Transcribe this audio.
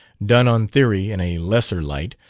done on theory in a lesser light,